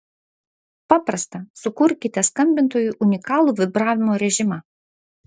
paprasta sukurkite skambintojui unikalų vibravimo režimą